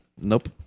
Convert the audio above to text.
Nope